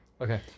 Okay